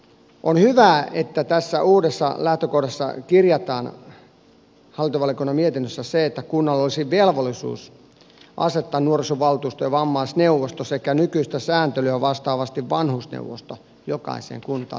on hyvää että tässä uudessa lähtökohdassa kirjataan hallintovaliokunnan mietinnössä se että kunnalla olisi velvollisuus asettaa nuorisovaltuusto ja vammaisneuvosto sekä nykyistä sääntelyä vastaavasti vanhusneuvosto jokaiseen kuntaan